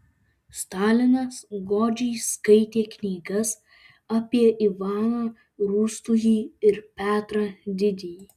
stalinas godžiai skaitė knygas apie ivaną rūstųjį ir petrą didįjį